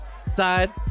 side